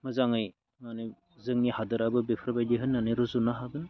मोजाङै मानि जोंनि हादोराबो बेफोरबायदि होननानै रुजुनो हागोन